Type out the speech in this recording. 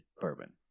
Bourbon